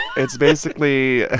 it's basically